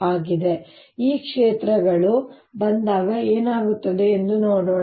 ಹಾಗಾದರೆ ಈ ಕ್ಷೇತ್ರಗಳು ಬಂದಾಗ ಏನಾಗುತ್ತದೆ ಎಂದು ನೋಡೋಣ